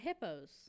Hippos